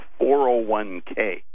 401k